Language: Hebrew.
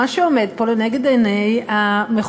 מה שעומד פה לנגד עיני המחוקקים